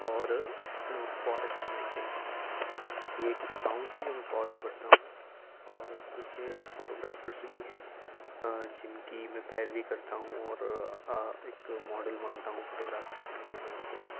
اور forest mannequins یہ کچھ اکاؤنٹس ہیں جو میں فالو کرتا ہوں اور کچھ فوٹو گرافرس بھی ہیں جن کی میں پیروی کرتا ہوں اور ایک ماڈل مانتا ہوں فوٹو گرافی کی دنیا میں ان کو